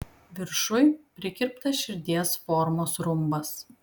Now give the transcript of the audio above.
viršuj prikirptas širdies formos rumbas